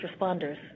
responders